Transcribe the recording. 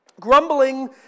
Grumbling